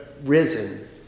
risen